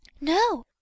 No